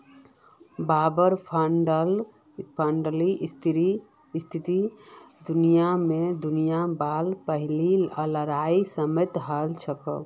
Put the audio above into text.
वार बांडेर स्थिति दुनियार पहला लड़ाईर समयेत हल छेक